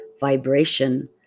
vibration